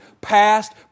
past